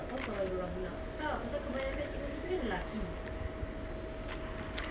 okay paham eh cakap pasal raya how was your raya this year zoom eh